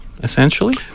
essentially